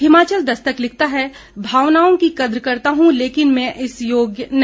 हिमाचल दस्तक लिखता है भावनाओं की कद्र करता हूं लेकिन मैं इस योग्य नहीं